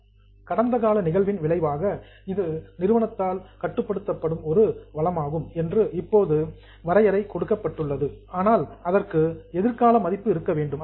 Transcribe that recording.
past event கடந்த கால நிகழ்வின் விளைவாக இது நிறுவனத்தால் கட்டுப்படுத்தப்படும் ஒரு ரிசோர்ஸ் வளமாகும் என்று இப்போது டெபனிஷன் வரையறை கொடுக்கப்பட்டுள்ளது ஆனால் அதற்கு ஃப்யூச்சர் வேல்யூ எதிர்கால மதிப்பு இருக்க வேண்டும்